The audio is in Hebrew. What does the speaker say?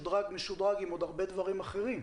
משודרג-משודרג עם עוד הרבה דברים אחרים.